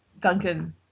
Duncan